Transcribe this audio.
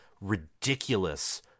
ridiculous